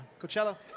Coachella